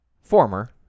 former